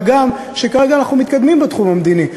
מה גם שכרגע אנחנו מתקדמים בתחום המדיני.